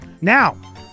Now